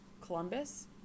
Columbus